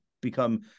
become